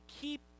keep